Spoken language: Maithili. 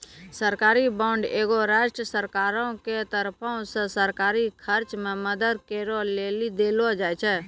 सरकारी बांड एगो राष्ट्रीय सरकारो के तरफो से सरकारी खर्च मे मदद करै लेली देलो जाय छै